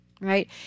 right